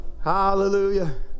hallelujah